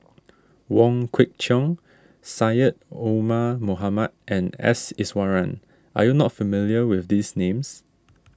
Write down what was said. Wong Kwei Cheong Syed Omar Mohamed and S Iswaran are you not familiar with these names